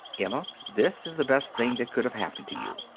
emma, this is the best thing that could have happened to you.